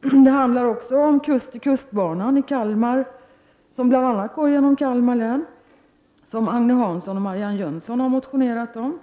Det handlar också om kust-till-kust-banan från Kalmar, som bl.a. går igenom Kalmar län och som Agne Hansson och Marianne Jönsson har motionerat om.